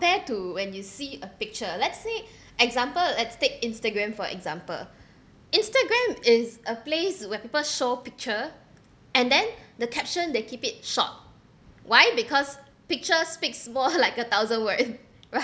compare to when you see a picture let's say example let's take Instagram for example Instagram is a place where people show picture and then the caption they keep it short why because picture speaks more like a thousand word